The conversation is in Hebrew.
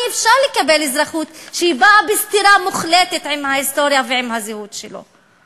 אי-אפשר לקבל אזרחות שבאה בסתירה מוחלטת להיסטוריה ולזהות שלו.